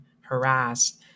harassed